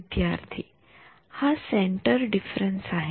विद्यार्थी हा centre difference आहे